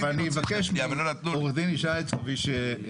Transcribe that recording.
אבל אני אבקש מעו"ד ישי איצקוביץ.